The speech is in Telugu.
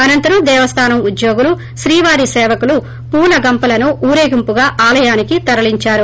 అనంతరం దేవస్థానం ఉద్యోగులు శ్రీవారి సేవకులు పూల గంపలను ఊరేగింపుగా ఆలయానికి తరలించారు